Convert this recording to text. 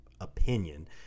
opinion